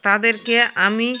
তাদেরকে আমি